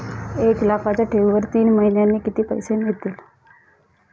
एक लाखाच्या ठेवीवर तीन महिन्यांनी किती पैसे मिळतील?